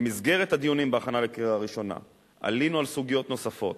במסגרת הדיונים בהכנה לקריאה ראשונה עלינו על סוגיות נוספות,